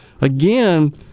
again